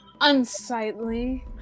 unsightly